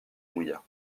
mouilla